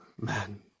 man